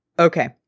Okay